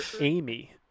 Amy